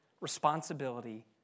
responsibility